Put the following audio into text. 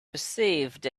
perceived